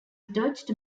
dogged